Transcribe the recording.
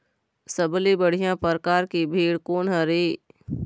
सबले बढ़िया परकार के भेड़ कोन हर ये?